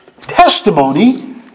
testimony